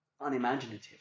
unimaginative